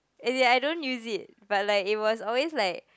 as in I don't use it but like it was always like